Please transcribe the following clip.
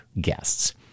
guests